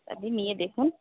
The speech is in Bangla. আপনি নিয়ে দেখুন